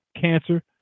cancer